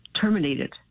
terminated